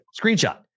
Screenshot